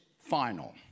final